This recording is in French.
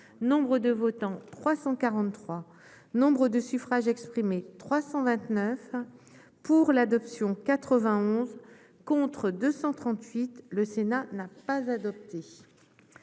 nombre de votants 343 Nombre de suffrages exprimés 329 pour l'adoption 91 contre 238, le Sénat n'a pas adopté.